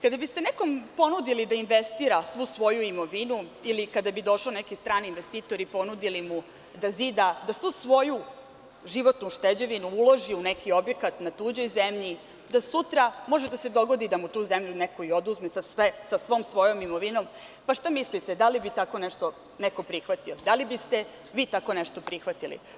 Kada biste nekom ponudili da investira svu svoju imovinu ili kada bi došao neki strani investitori i ponudili mu da zida, da svu svoju životnu ušteđevinu uloži u neki objekat na tuđoj zemlji, a sutra može da se dogodi da mu tu zemlju neko i oduzme sa svom svojom imovinom, pa šta mislite da li bi tako nešto neko prihvatio, da li biste vi tako nešto prihvatili?